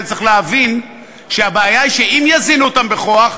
צריך להבין שהבעיה היא שאם יזינו אותם בכוח,